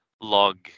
log